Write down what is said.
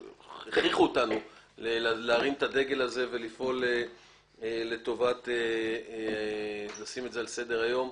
הכריחו אותנו להרים את הדגל הזה ולשים את הנושא על סדר היום.